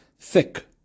thick